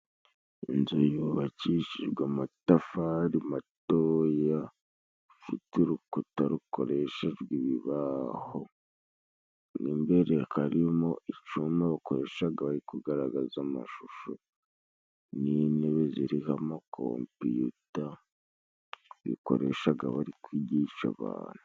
Inzu yubakishijwe amatafari matoya, ifite urukuta rukoreshejwe ibibaho, mo imbere harimo icuma bakoreshaga bari kugaragaza amashusho, n'intebe ziriho amakompiyuta bikoreshaga bari kwigisha abantu.